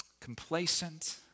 complacent